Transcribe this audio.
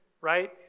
right